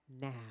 now